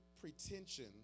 pretension